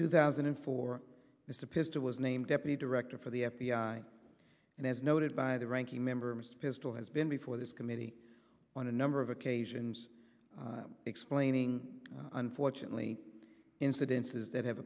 two thousand and four as a pistol was named deputy director for the f b i and as noted by the ranking member his pistol has been before this committee on a number of occasions explaining unfortunately incidences that have